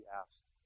asked